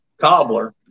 cobbler